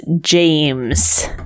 James